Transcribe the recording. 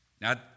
Now